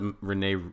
renee